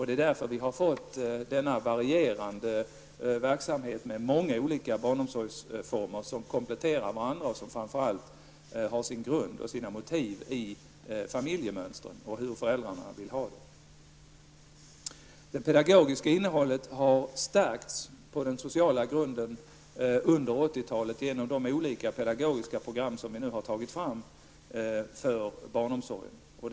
Det är därför vi har fått denna varierande verksamhet, med många olika barnomsorgsformer som kompletterar varandra och som framför allt har sin grund och sina motiv i familjemönster och hur föräldrarna vill ha det. Det pedagogiska innehållet har stärkts på den sociala grunden under 80-talet genom de olika pedagogiska program som vi nu har tagit fram för barnomsorgen.